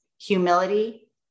humility